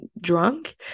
drunk